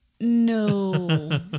No